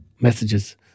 messages